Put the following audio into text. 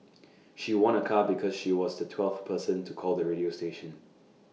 she won A car because she was the twelfth person to call the radio station